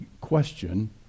question